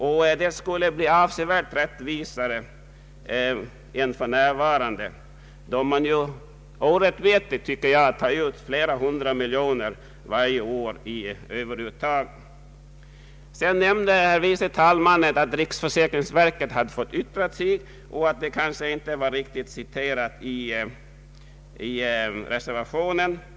Men den skulle bli avsevärt rättvisare än för närvarande, då man ju orättmätigt, tycker jag, tar ut flera hundra miljoner kronor varje år i överuttag. Herr förste vice talmannen nämnde att riksförsäkringsverket hade fått yttra sig och att dess yttrande inte var riktigt citerat i reservationen.